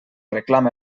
reclam